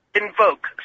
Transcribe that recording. invoke